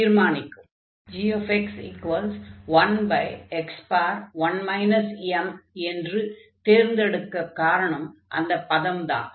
gx1x1 m என்று தேர்ந்தெடுக்கக் காரணம் அந்தப் பதம்தான்